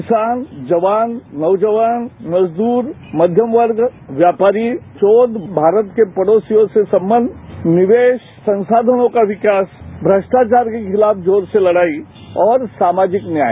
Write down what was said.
किसान जवान नौजवान मजदूर मध्यमवर्ग व्यापारी शोध भारत के पड़ोसी देशों से संबंध निवेश संशाधनों का विकास भ्रष्टाचार के खिलाफ जोर से लड़ाई और समाजिक न्याय